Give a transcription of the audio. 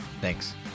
Thanks